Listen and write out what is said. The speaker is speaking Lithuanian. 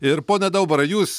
ir pone daubarai jūs